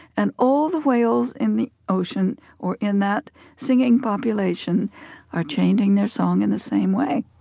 and all the whales in the ocean or in that singing population are changing their song in the same way.